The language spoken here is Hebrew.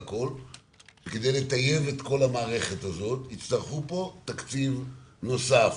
שכדי לטייב את כל המערכת הזאת יצטרכו פה תקציב נוסף?